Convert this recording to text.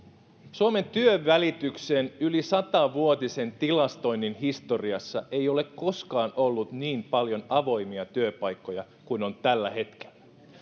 suomen työnvälityksen yli satavuotisen tilastoinnin historiassa ei ole koskaan ollut niin paljon avoimia työpaikkoja kuin on tällä hetkellä